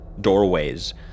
doorways